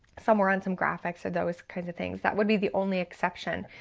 somewhere on some graphics or those kinds of things, that would be the only exception.